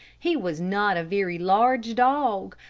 he was not a very large dog,